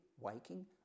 waking